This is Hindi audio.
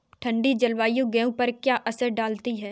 ठंडी जलवायु गेहूँ पर क्या असर डालती है?